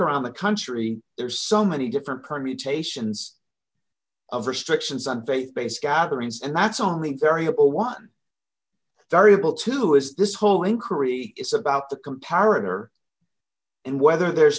around the country there's so many different permutations of restrictions on faith based gatherings and that's only variable one variable two is this whole inquiry is about the comparative and whether there's